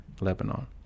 Lebanon